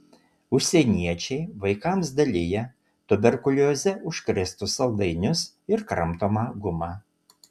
užsieniečiai vaikams dalija tuberkulioze užkrėstus saldainius ir kramtomą gumą